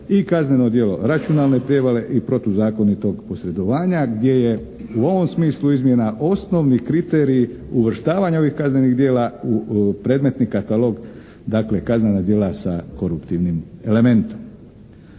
i kazneno djelo računalne prijevare i protuzakonitog posredovanja gdje je u ovom smislu izmjena osnovni kriterij uvrštavanja ovih kaznenih djela u predmetni katalog. Dakle kaznena djela sa koruptivnim elementom.